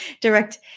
direct